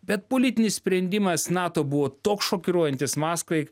bet politinis sprendimas nato buvo toks šokiruojantis maskvai